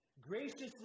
Graciously